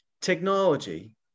technology